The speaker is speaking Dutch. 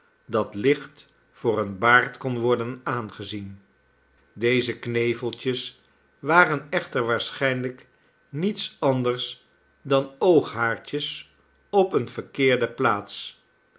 dat licht voor een baard kon word en aangezien dezekneveltjes warenechter waarschijnlijk niets anders dan ooghaartjes op eene verkeerde plaats